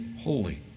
holy